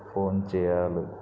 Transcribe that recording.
phone చేయాలి